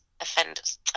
offenders